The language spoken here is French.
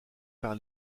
par